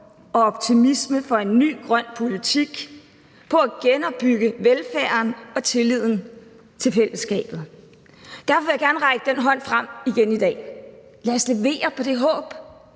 og optimisme for en ny grøn politik, på at genopbygge velfærden og tilliden til fællesskabet. Derfor vil jeg gerne række den hånd frem igen i dag. Lad os levere på det håb.